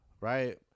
right